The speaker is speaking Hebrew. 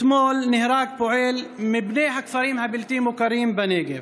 אתמול נהרג פועל מבני הכפרים הבלתי-מוכרים בנגב.